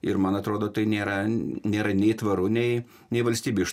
ir man atrodo tai nėra nėra nei tvaru nei nei valstybė iš